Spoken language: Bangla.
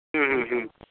হুম হুম হুম